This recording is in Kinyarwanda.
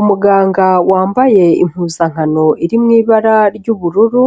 Umuganga wambaye impuzankano iri mu ibara ry'ubururu,